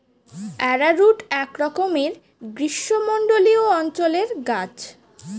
arrowroot একরকমের গ্রীষ্মমণ্ডলীয় অঞ্চলের গাছ